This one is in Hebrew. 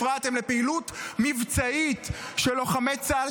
הפרעתם לפעילות מבצעית של לוחמי צה"ל,